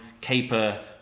caper